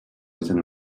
within